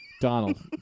donald